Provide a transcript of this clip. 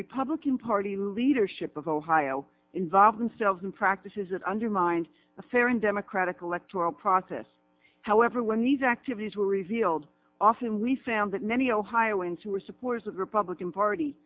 republican party leadership of ohio involve themselves in practices that undermined a fair and democratic electorate process however when these activities were revealed often we found that many ohioans who were supporters of the republican party